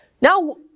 Now